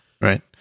Right